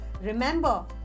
remember